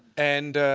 and